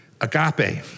agape